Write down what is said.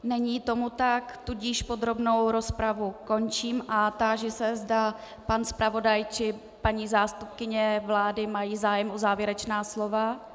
Není tomu tak, tudíž podrobnou rozpravu končím a táži se, zda pan zpravodaj či paní zástupkyně vlády mají zájem o závěrečná slova.